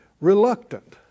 reluctant